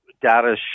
data